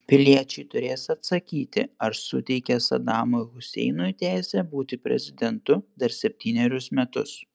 piliečiai turės atsakyti ar suteikia sadamui huseinui teisę būti prezidentu dar septynerius metus